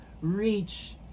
reach